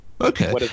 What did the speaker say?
okay